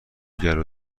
گلو